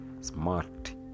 smart